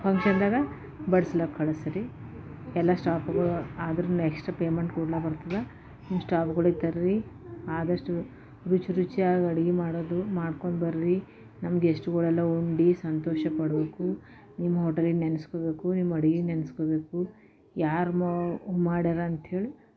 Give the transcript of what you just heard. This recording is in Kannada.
ಫಂಕ್ಷನ್ದಾಗ ಬಡ್ಸ್ಲಕ್ಕ ಕಳಿಸ್ರಿ ಎಲ್ಲ ಸ್ಟಾಫ್ಗಳು ಅದರ ನೆಕ್ಸ್ಟ್ ಪೇಮೆಂಟ್ ಕೂಡ್ಲ ಬರ್ತದೆ ನಿಮ್ಮ ಸ್ಟಾಫ್ಗಳು ಇದ್ದರ್ರೀ ಆದಷ್ಟು ರುಚಿ ರುಚಿಯಾಗಿ ಅಡಿಗೆ ಮಾಡೋದು ಮಾಡ್ಕೊಂಡು ಬರ್ರಿ ನಮ್ಮ ಗೆಸ್ಟುಗಳೆಲ್ಲ ಉಂಡು ಸಂತೋಷಪಡಬೇಕು ನಿಮ್ಮ ಹೋಟೆಲಿಗೆ ನೆನ್ಸ್ಕೋ ಬೇಕು ನಿಮ್ಮ ಅಡಿಗೆ ನೆನ್ಸ್ಕೋ ಬೇಕು ಯಾರು ಮಾಡ್ಯಾರ ಅಂತೇಳಿ